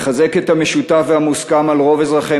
לחזק את המשותף והמוסכם על רוב אזרחי